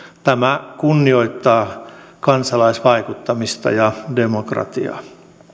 tämä kunnioittaa kansalaisvaikuttamista ja demokratiaa